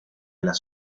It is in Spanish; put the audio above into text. las